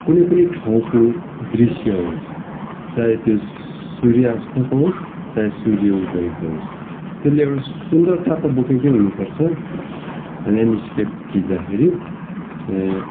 कुनै पनि ठाउँको दृश्य होस् चाहे त्यो सूर्यास्तको होस् चाहे सूर्य उदयको होस् त्यसले एउटा सुन्दरता त बोकेकै हुनु पर्छ ल्यान्ड स्केप खिच्दा फेरि ए